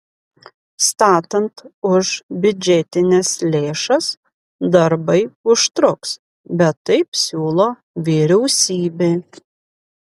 statant už biudžetines lėšas darbai užtruks bet taip siūlo vyriausybė